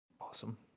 Awesome